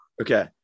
Okay